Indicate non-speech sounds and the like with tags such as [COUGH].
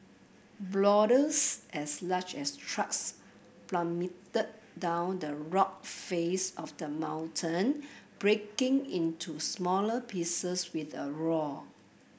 [UNINTELLIGIBLE] as large as trucks plummeted down the rock face of the mountain breaking into smaller pieces with a roar